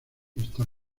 está